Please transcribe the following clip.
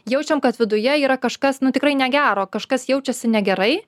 jaučiam kad viduje yra kažkas nu tikrai negero kažkas jaučiasi negerai